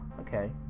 Okay